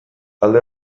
alde